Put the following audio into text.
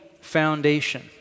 foundation